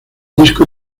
disco